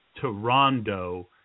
Toronto